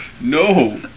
No